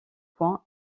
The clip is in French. point